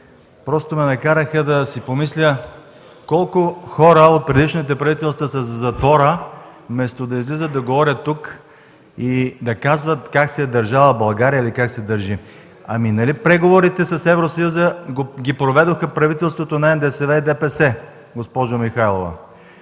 се ме накараха да си помисля колко хора от предишните правителства са за затвора, вместо да излизат да говорят тук и да казват как се е държала България или как се държи. Нали преговорите с Евросъюза ги проведоха правителството на НДСВ и ДПС, госпожо Михайлова?